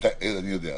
אני יודע.